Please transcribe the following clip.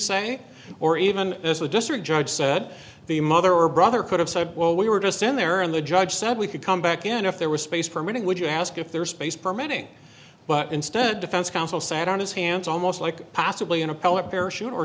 say or even as a district judge said the mother or brother could have said well we were just in there and the judge said we could come back in if there was space for a meeting would you ask if there is space permitting but instead defense counsel sat on his hands almost like possibly an a